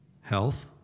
health